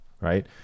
right